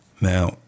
Now